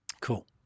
cool